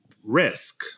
Risk